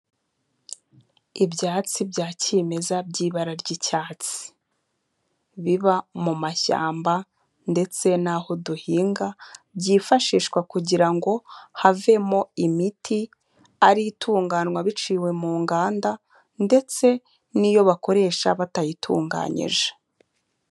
Ibyatsi bya kimeza by'ibara ry'icyatsi biba mu mashyamba ndetse n'aho duhinga, byifashishwa kugira ngo havemo imiti, ari itunganywa biciwe mu nganda ndetse n'iyo bakoresha batayitunganyije.